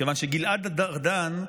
כיוון שגלעד ארדן,